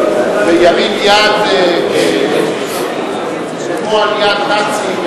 מה יהיה אם בן-אדם יבוא וירים יד במועל יד נאצי?